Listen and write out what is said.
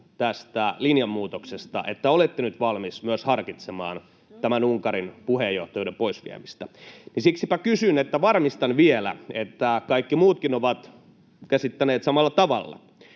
tästä linjanmuutoksesta, että olette nyt valmis myös harkitsemaan tämän Unkarin puheenjohtajuuden poisviemistä. Siksipä kysyn — varmistan vielä, että kaikki muutkin ovat käsittäneet samalla tavalla